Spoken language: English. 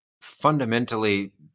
fundamentally